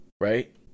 right